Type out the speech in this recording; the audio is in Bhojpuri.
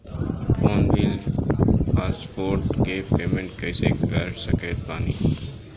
फोन बिल पोस्टपेड के पेमेंट कैसे कर सकत बानी?